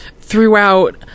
throughout